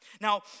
Now